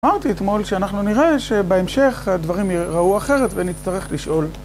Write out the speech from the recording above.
אמרתי אתמול שאנחנו נראה שבהמשך הדברים יראו אחרת ונצטרך לשאול